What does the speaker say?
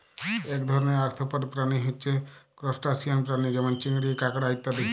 এক ধরণের আর্থ্রপড প্রাণী হচ্যে ত্রুসটাসিয়ান প্রাণী যেমল চিংড়ি, কাঁকড়া ইত্যাদি